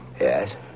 Yes